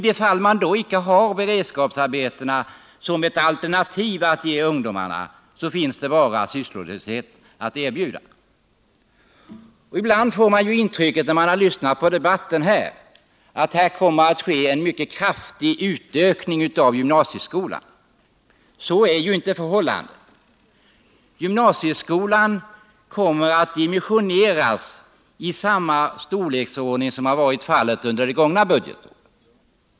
Om då beredskapsarbeten inte finns som ett alternativ för ungdomarna återstår bara sysslolöshet för dem. När man lyssnar på debatten får man det intrycket att gymnasieskolan kraftigt kommer att utökas. Så är inte fallet. Gymnasieskolan kommer att dimensioneras på samma sätt som under det gångna budgetåret.